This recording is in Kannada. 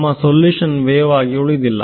ನಮ್ಮ ಸಲ್ಯೂಷನ್ ವೇವ್ ಆಗಿ ಉಳಿದಿಲ್ಲ